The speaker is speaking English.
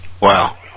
Wow